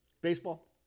baseball